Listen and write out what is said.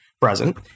present